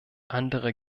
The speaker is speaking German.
andere